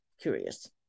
curious